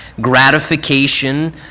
gratification